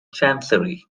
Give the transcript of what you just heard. chancery